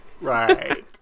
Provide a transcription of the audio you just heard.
Right